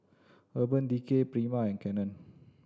Urban Decay Prima and Canon